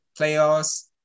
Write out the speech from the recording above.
playoffs